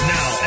Now